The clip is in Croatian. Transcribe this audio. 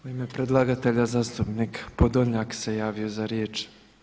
U ime predlagatelja zastupnik Podolnjak se javio za riječ.